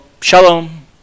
shalom